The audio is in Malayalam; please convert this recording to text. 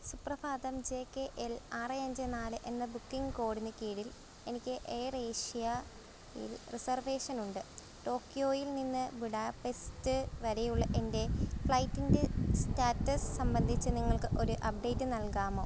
സുപ്രഭാതം ജെ കെ എൽ ആറ് അഞ്ച് നാല് എന്ന ബുക്കിംഗ് കോഡിന് കീഴിൽ എനിക്ക് എയർ ഏഷ്യായിൽ റിസർവേഷൻ ഉണ്ട് ടോക്കിയോയിൽനിന്ന് ബുഡാപെസ്റ്റ് വരെയുള്ള എൻ്റെ ഫ്ലൈറ്റിൻ്റെ സ്റ്റാറ്റസ് സംബന്ധിച്ച് നിങ്ങൾക്ക് ഒരു അപ്ഡേറ്റ് നൽകാമോ